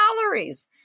calories